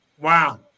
Wow